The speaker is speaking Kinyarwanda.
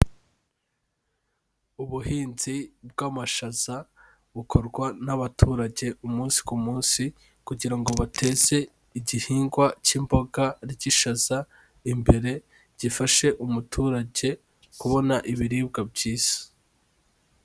Ubuhinzi bw'amashaza bukorwa n'abaturage umunsi ku munsi, kugira ngo bateze igihingwa cy'imboga ry'ishaza imbere, gifashe umuturage kubona ibiribwa byiza.